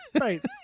Right